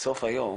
בסוף היום